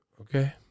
Okay